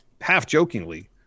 half-jokingly